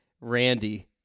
Randy